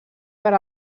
per